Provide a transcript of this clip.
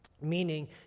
meaning